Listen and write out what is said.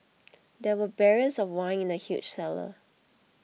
there were barrels of wine in the huge cellar